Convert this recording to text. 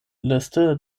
liste